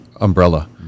umbrella